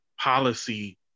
policy